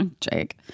Jake